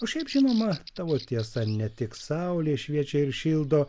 o šiaip žinoma tavo tiesa ne tik saulė šviečia ir šildo